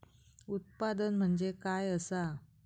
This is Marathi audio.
उत्पादन म्हणजे काय असा?